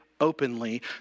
openly